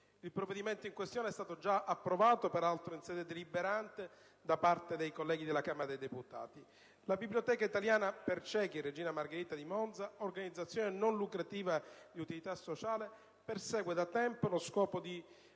Il provvedimento in questione è stato già approvato, peraltro in sede deliberante, dai parte dei colleghi della Camera dei deputati. La Biblioteca italiana per ciechi «Regina Margherita» di Monza, organizzazione non lucrativa di utilità sociale, persegue da tempo lo scopo di